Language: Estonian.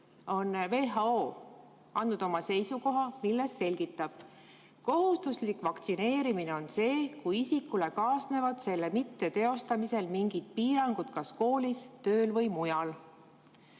on WHO andnud oma seisukoha, milles selgitab: kohustuslik vaktsineerimine on see, kui isikule kaasnevad selle mitteteostamisega mingid piirangud kas koolis, tööl või mujal.